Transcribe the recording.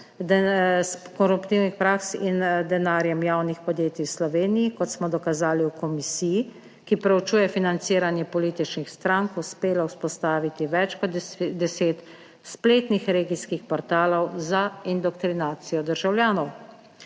koruptivnih praks in denarjem javnih podjetij v Sloveniji, kot smo dokazali v komisiji, ki proučuje financiranje političnih strank, uspelo vzpostaviti več kot deset spletnih regijskih portalov za indoktrinacijo državljanov.